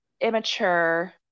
immature